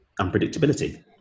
unpredictability